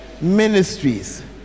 ministries